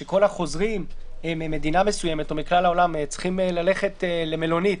שכל החוזרים ממדינה מסוימת או מכלל העולם צריכים ללכת למלונית,